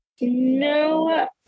No